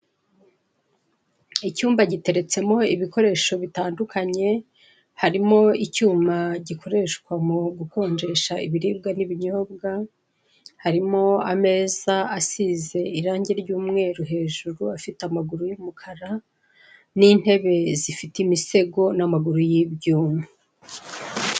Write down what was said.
Icyumba giteretsemo ibikoresho bitandukanye, harimo icyuma gikoreshwa mu gukonjesha ibiribwa n'ibinyobwa, harimo ameza asize irangi ry'umweru hejuru, afite amaguru y'umukara, n'intebe zifite imisego n'amaguru y'ibyuma.